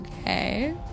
Okay